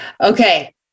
Okay